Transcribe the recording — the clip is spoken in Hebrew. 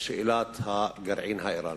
ושאלת הגרעין האירני.